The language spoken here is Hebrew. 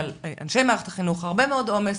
ועל אנשי מערכת החינוך הרבה מאוד עומס,